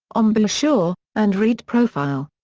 um embouchure, and reed profile.